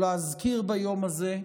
או להזכיר ביום הזה,